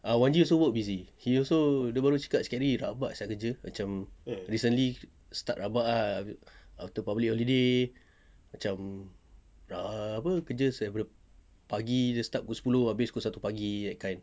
wan G also work busy he also dia baru cakap sikit hari rabak sia kerja macam recently start rabak ah after public holiday macam err apa kerja daripada pagi dia start pukul sepuluh habis pukul satu pagi that kind